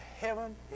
heaven